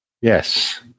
yes